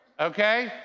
okay